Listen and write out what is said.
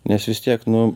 nes vis tiek nu